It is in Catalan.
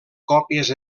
còpies